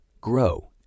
grow